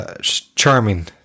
Charming